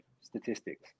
statistics